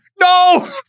No